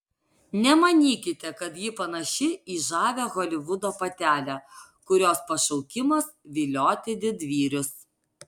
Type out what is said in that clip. nemanykite kad ji panaši į žavią holivudo patelę kurios pašaukimas vilioti didvyrius